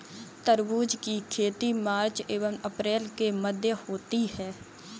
तरबूज की खेती मार्च एंव अप्रैल के मध्य होती है